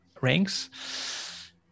ranks